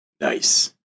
Nice